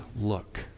look